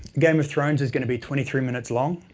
game of thrones is gonna be twenty three minutes long